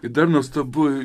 ir dar nuostabu